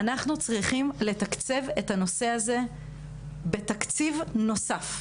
אנחנו צריכים לתקצב את הנושא בתקציב נוסף.